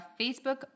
Facebook